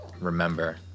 remember